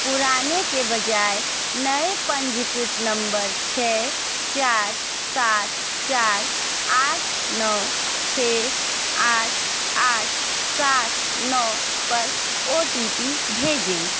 पुराने के बजाय नए पंजीकृत नंबर छः चार सात चार आठ नौ छः आठ आठ सात नौ पर ओ टी पी भेजें